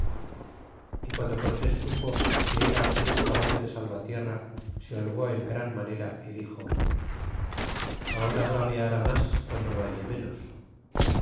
y guando cortés supo que era el un caballo del salvatierra se holgó en gran manera é dixo ahora braveara mas guando lo hallé menos